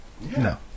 No